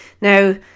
Now